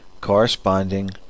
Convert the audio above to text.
corresponding